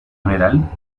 general